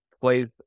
plays